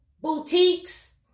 boutiques